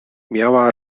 miała